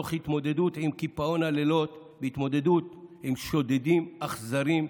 תוך התמודדות עם קיפאון הלילות והתמודדות עם שודדים אכזריים,